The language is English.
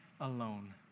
alone